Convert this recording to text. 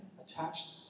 attached